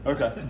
Okay